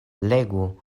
legu